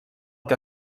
que